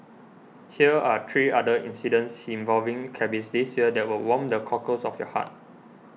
hear are three other incidents involving cabbies this year that will warm the cockles of your heart